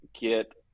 get